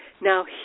now